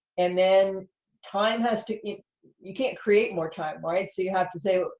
and then time has to, you you can't create more time, right? so you have to say,